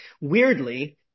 Weirdly